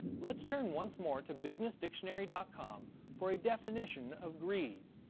let's turn once more to business dictionary dot com for a definition of greed